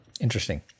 Interesting